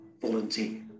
Volunteer